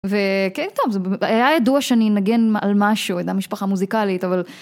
וכן, טוב, היה ידוע שאני אנגן על משהו, עדיין משפחה מוזיקלית, אבל...